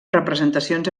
representacions